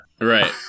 Right